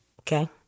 okay